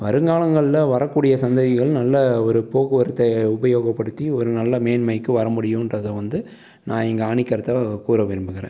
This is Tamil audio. வருங்காலங்களில் வரக்கூடிய சந்ததிகள் நல்ல ஒரு போக்குவரத்தை உபயோகப்படுத்தி ஒரு நல்ல மேன்மைக்கு வரமுடியும்ன்றதை வந்து நான் இங்கே ஆணிக்கருத்தாக கூற விரும்புகிறேன்